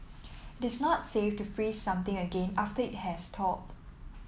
it is not safe to freeze something again after it has thawed